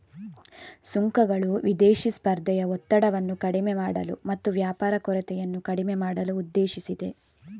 ಸುಂಕಗಳು ವಿದೇಶಿ ಸ್ಪರ್ಧೆಯ ಒತ್ತಡವನ್ನು ಕಡಿಮೆ ಮಾಡಲು ಮತ್ತು ವ್ಯಾಪಾರ ಕೊರತೆಯನ್ನು ಕಡಿಮೆ ಮಾಡಲು ಉದ್ದೇಶಿಸಿದೆ